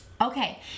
Okay